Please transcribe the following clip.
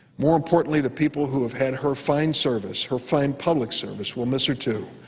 more importantly, the people who have had her fine service, her fine public service will miss her, too.